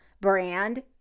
brand